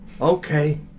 Okay